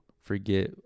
forget